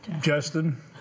Justin